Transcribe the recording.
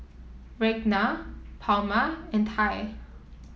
Ragna Palmer and Ty